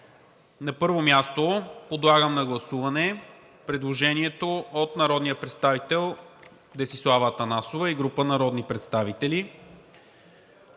На първо място подлагам на гласуване предложението от народния представител Десислава Атанасова и група народни представители,